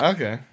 Okay